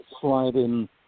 slide-in